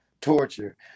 torture